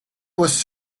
was